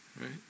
Right